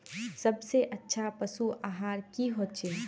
सबसे अच्छा पशु आहार की होचए?